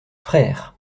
frères